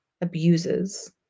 abuses